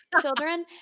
children